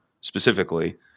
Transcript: specifically